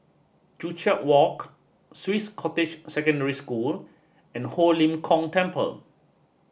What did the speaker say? Joo Chiat Walk Swiss Cottage Secondary School and Ho Lim Kong Temple